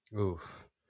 Oof